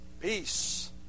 Peace